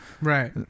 Right